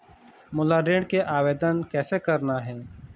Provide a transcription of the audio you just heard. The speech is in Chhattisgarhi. मोला ऋण के आवेदन कैसे करना हे?